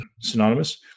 synonymous